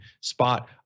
spot